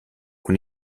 con